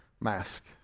mask